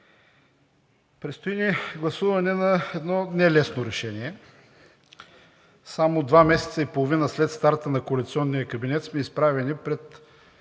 Предстои ни гласуване на едно нелесно решение. Само два месеца и половина след старта на коалиционния кабинет сме изправени пред